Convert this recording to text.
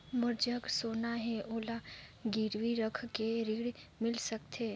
मोर जग सोना है ओला गिरवी रख के ऋण मिल सकथे?